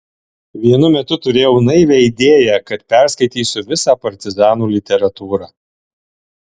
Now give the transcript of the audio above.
vienu metu turėjau naivią idėją kad perskaitysiu visą partizanų literatūrą